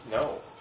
No